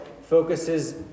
focuses